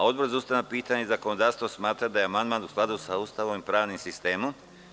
Odbor za ustavna pitanja i zakonodavstvo smatra da je amandman u skladu sa Ustavom i pravnim sistemom.